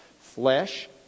Flesh